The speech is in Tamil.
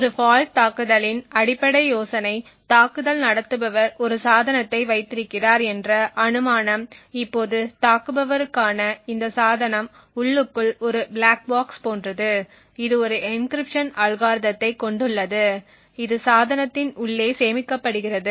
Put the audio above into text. ஒரு ஃபால்ட் தாக்குதலின் அடிப்படை யோசனை தாக்குதல் நடத்துபவர் ஒரு சாதனத்தை வைத்திருக்கிறார் என்ற அனுமானம் இப்போது தாக்குபவருக்கான இந்த சாதனம் உள்ளுக்குள் ஒரு ப்ளாக் பாக்ஸ் போன்றது இது ஒரு என்கிரிப்ஷன் அல்காரிதத்தைக் கொண்டுள்ளது இது சாதனத்தின் உள்ளே சேமிக்கப்படுகிறது